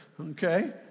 Okay